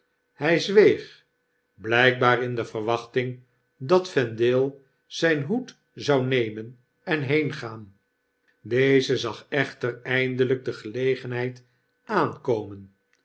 hy zweeg blpbaar in de verwachting dat vendale zp hoed zou nemen en heengaan deze zag echter eindelp de gelegenheid aankomen